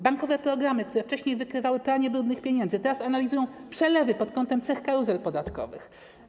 Bankowe programy, które wcześniej wykrywały pranie brudnych pieniędzy, teraz analizują przelewy pod kątem cech karuzel podatkowych.